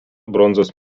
bronzos